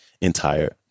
entire